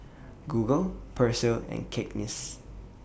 Google Persil and Cakenis